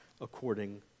according